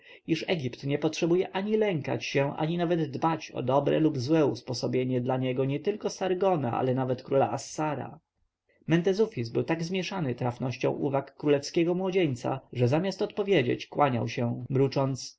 iż egipt nie potrzebuje ani lękać się ani nawet dbać o dobre lub złe usposobienie dla niego nietylko sargona ale nawet króla assara mentezufis był tak zmieszany trafnością uwag królewskiego młodzieńca że zamiast odpowiedzieć kłaniał się mrucząc